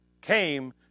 came